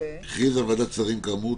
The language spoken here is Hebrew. "הכריזה ועדת השרים כאמור,